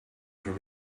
from